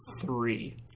three